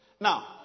Now